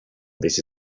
this